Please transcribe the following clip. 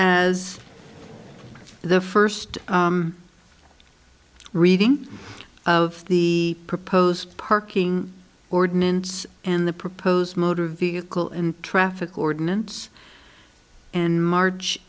as the first reading of the proposed parking ordinance and the proposed motor vehicle in traffic ordinance and march